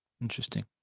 Interesting